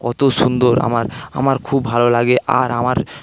কত সুন্দর আমার আমার খুব ভালো লাগে আর আমার